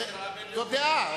זו דעה,